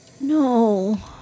No